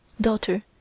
Daughter